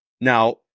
Now